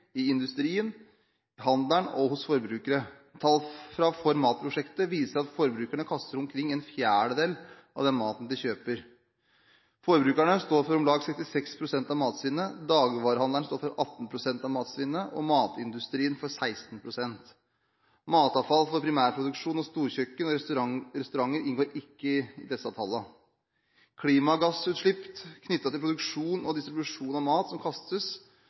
i industrien, i handelen og hos forbrukere. Tall fra ForMat-prosjektet viser at forbrukerne kaster omkring en fjerdedel av den maten de kjøper. Forbrukerne står for om lag 66 pst. av matsvinnet, dagligvarehandelen for 18 pst. og matindustrien for 16 pst. Matavfall fra primærproduksjon, storkjøkken og restauranter inngår ikke i disse tallene. Klimagassutslipp knyttet til produksjon og distribusjon av mat som kastes